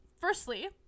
Firstly